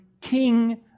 king